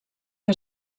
que